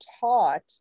taught